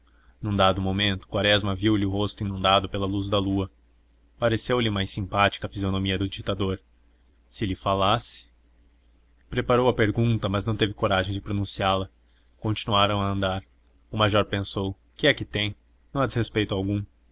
num dado momento quaresma viu lhe o rosto inundado pela luz da lua pareceu-lhe mais simpática a fisionomia do ditador se lhe falasse preparou a pergunta mas não teve coragem de pronunciá la continuaram a andar o major pensou que é que tem não há desrespeito algum